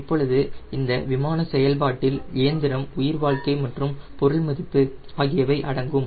இப்போது இந்த விமான செயல்பாட்டில் இயந்திரம் உயிர் வாழ்க்கை மற்றும் பொருள் மதிப்பு ஆகியவை அடங்கும்